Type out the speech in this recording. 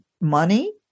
money